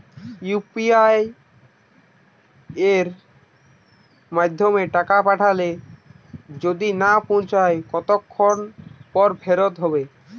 UPI য়ের মাধ্যমে টাকা পাঠালে যদি না পৌছায় কতক্ষন পর ফেরত হবে?